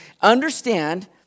understand